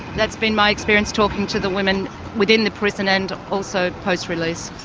that's been my experience talking to the women within the prison and also post-release.